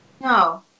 No